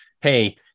hey